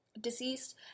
deceased